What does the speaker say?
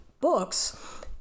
books